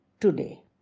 today